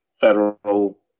federal